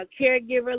caregiver